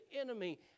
enemy